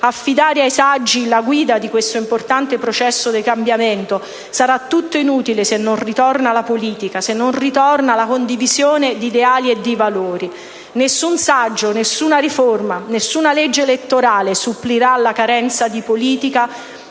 affidare ai saggi la guida di questo importante processo di cambiamento: sarà tutto inutile se non ritorna la politica, se non ritorna la condivisione di ideali e di valori. Nessun saggio, nessuna riforma, nessuna legge elettorale supplirà alla carenza di politica,